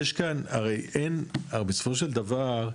א', הרי בסופו של דבר,